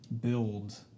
build